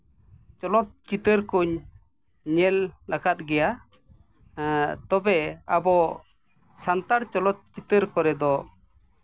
ᱪᱚᱞᱚᱛ ᱪᱤᱛᱟᱹᱨ ᱠᱚᱧ ᱧᱮᱞ ᱟᱠᱟᱫ ᱜᱮᱭᱟ ᱛᱚᱵᱮ ᱟᱵᱚ ᱥᱟᱱᱛᱟᱲ ᱪᱚᱞᱚᱛ ᱪᱤᱛᱟᱹᱨ ᱠᱚᱨᱮ ᱫᱚ